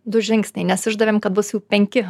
du žingsniai nes išdavėm kad bus jau penki